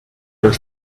the